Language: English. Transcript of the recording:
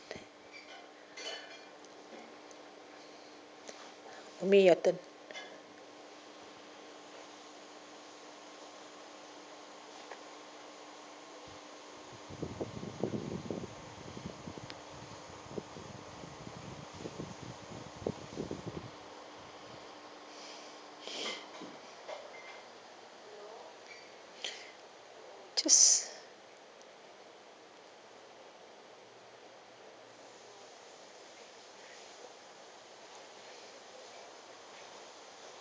your turn just